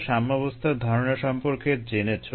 এরপর আমরা তাপমাত্রা নিয়ন্ত্রণের কিছু বিষয় নিয়ে দেখেছিলাম